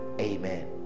Amen